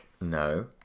No